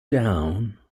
down